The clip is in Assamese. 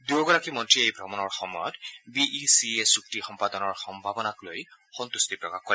দুয়োগৰাকী মন্ত্ৰীয়ে এই ভ্ৰমণৰ সময়ত বি ই চি এ চুক্তি সম্পাদনৰ সম্ভাৱনাক লৈ সন্ত্ৰটি প্ৰকাশ কৰে